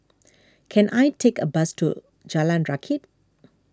can I take a bus to Jalan Rakit